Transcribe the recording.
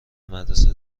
مدرسه